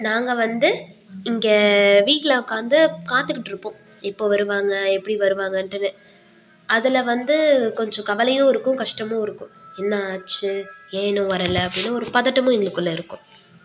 நாங்கள் வந்து இங்கே வீட்டில் உக்காந்து காத்துக்கிட்டு இருப்போம் எப்போ வருவாங்க எப்படி வருவாங்கன்ட்டுனு அதில் வந்து கொஞ்சம் கவலையும் இருக்கும் கஷ்டமும் இருக்கும் என்ன ஆச்சு ஏன் இன்னும் வரலை அப்படின்னு ஒரு பதட்டமும் எங்களுக்குள்ளே இருக்கும்